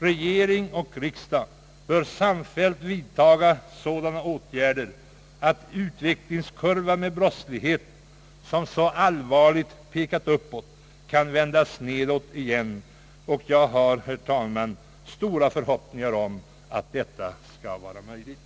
Regering och riksdag bör samfällt vidtaga sådana åtgärder att utvecklingskurvan för brottsligheten, som så allvarligt pekat uppåt, kan vändas nedåt igen. Jag har, herr talman, stora förhoppningar om att detta skall vara möjligt.